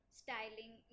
styling